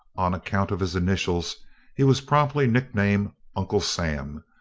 on account of his initials he was promptly nicknamed uncle sam,